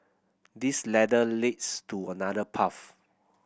this ladder leads to another path